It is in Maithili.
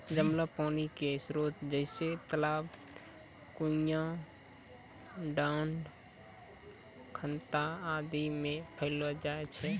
जमलो पानी क स्रोत जैसें तालाब, कुण्यां, डाँड़, खनता आदि म पैलो जाय छै